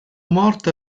morte